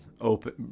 open